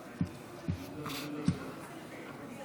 לקריאה